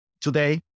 Today